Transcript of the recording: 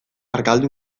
argaldu